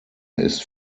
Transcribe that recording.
ist